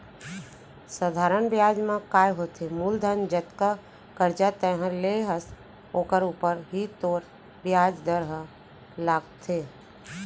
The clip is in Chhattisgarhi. सधारन बियाज म काय होथे मूलधन जतका करजा तैंहर ले हस ओकरे ऊपर ही तोर बियाज दर ह लागथे